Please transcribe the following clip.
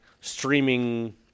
streaming